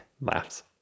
laughs